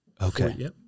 Okay